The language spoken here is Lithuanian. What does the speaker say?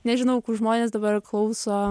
nežinau kur žmonės dabar klauso